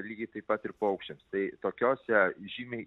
lygiai taip pat ir paukščiams tai tokiose žymiai